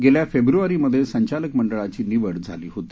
गेल्या फेब्रवारी मध्ये संचालक मंडळाची निवड झाली होती